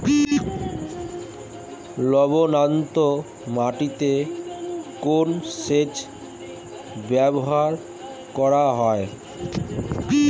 লবণাক্ত মাটিতে কোন সেচ ব্যবহার করা হয়?